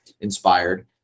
inspired